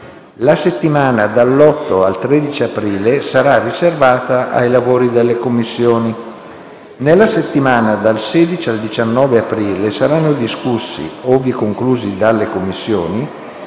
La settimana dall'8 al 13 aprile sarà riservata ai lavori delle Commissioni. Nella settimana dal 16 al 19 aprile saranno discussi, ove conclusi dalle Commissioni,